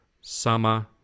summer